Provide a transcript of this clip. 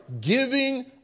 giving